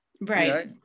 Right